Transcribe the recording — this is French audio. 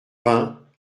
vingts